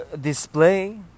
display